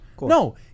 No